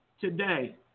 today